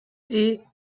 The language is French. hey